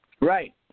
Right